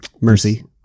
mercy